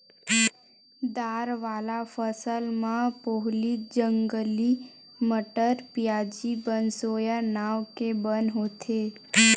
दार वाला फसल म पोहली, जंगली मटर, प्याजी, बनसोया नांव के बन होथे